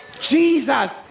Jesus